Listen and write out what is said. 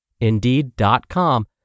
Indeed.com